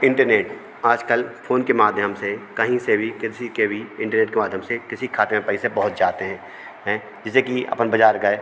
internet आज कल phone के माध्यम से कहीं से वी किसी के भी इंटरनेट के माध्यम से किसी के खाते में पैसे पहुँच जाते हैं हैं जैसे कि अपन बाजार गए